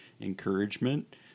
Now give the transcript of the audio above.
encouragement